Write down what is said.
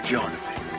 Jonathan